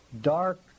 dark